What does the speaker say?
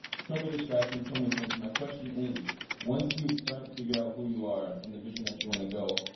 so many distractions, so many things. my question is once you figure out who you are and the vision that you want to go,